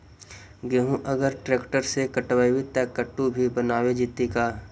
गेहूं अगर ट्रैक्टर से कटबइबै तब कटु भी बनाबे जितै का?